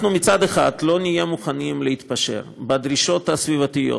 מצד אחד לא נהיה מוכנים להתפשר בדרישות הסביבתיות,